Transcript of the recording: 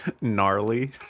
Gnarly